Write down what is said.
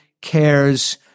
cares